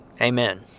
Amen